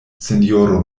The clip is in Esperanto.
sinjoro